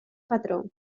patró